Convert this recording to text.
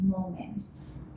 moments